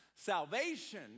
salvation